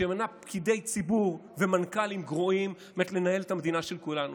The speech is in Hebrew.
שממנה פקידי ציבור ומנכ"לים גרועים לנהל את המדינה של כולנו.